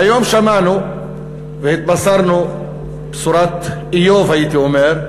והיום שמענו והתבשרנו בשורת איוב, הייתי אומר,